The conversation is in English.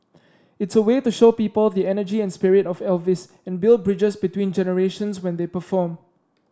it's a way to show people the energy and spirit of Elvis and build bridges between generations when they perform